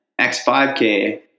X5K